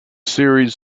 series